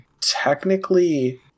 technically